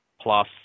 plus